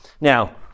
Now